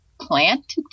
plant